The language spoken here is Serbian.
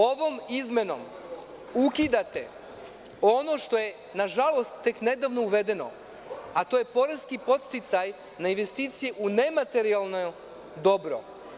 Ovom izmenom ukidate ono što je nažalost tek nedavno uvedeno, a to je poreski podsticaj na investicije u nematerijalno dobro.